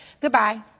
Goodbye